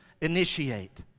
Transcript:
initiate